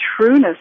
trueness